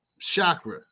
chakra